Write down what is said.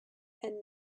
and